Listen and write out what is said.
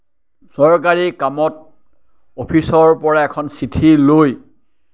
চৰকাৰী কামত অফিচৰ পৰা এখন চিঠি লৈ